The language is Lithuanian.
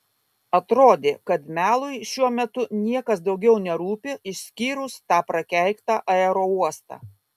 atrodė kad melui šiuo metu niekas daugiau nerūpi išskyrus tą prakeiktą aerouostą